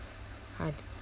hard